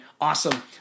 Awesome